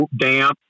damp